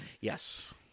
Yes